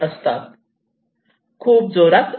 खूप जोरात मूव्हमेन्ट होत असते